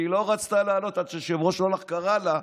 היא לא רצתה לעלות עד שהיושב-ראש קרא לה,